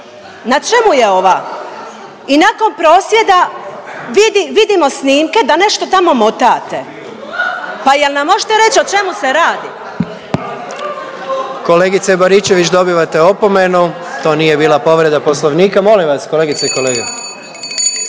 na čemu je ova. I nakon prosvjeda vidi vidimo snimke da nešto tamo motate, pa jel nam možete reći o čemu se radi. **Jandroković, Gordan (HDZ)** Kolegice Baričević dobivate opomenu, to nije bila povreda Poslovnika. Molim vas kolegice i kolege.